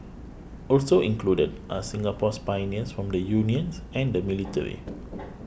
also included are Singapore's pioneers from the unions and the military